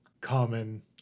common